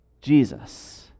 Jesus